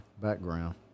background